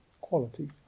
quality